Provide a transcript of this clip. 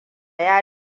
ya